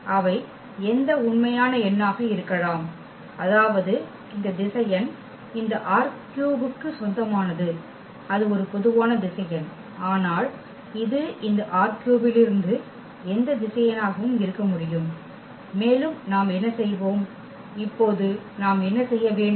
அவை எந்த உண்மையான எண்ணாக இருக்கலாம் அதாவது இந்த திசையன் இந்த ℝ3 க்கு சொந்தமானது அது ஒரு பொதுவான திசையன் ஆனால் இது இந்த ℝ3 இலிருந்து எந்த திசையனாகவும் இருக்க முடியும் மேலும் நாம் என்ன செய்வோம் இப்போது நாம் என்ன செய்ய வேண்டும்